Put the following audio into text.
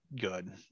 good